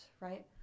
right